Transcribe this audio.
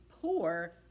poor